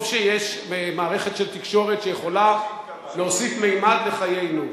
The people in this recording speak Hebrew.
טוב שיש מערכת של תקשורת שיכולה להוסיף ממד לחיינו.